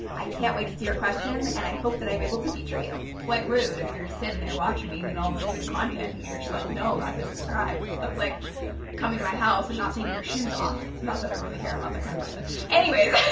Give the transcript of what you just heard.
i can't wait to see your question, and i hope that i'm able to feature you. quite rude. if you're just sitting there watching me, getting all this good content and you're just like, no, i'm not going to subscribe. that's like coming to my house and not take your shoes off. not that i really care, i'm not that kind of person. anyways,